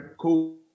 cool